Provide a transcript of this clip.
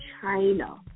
China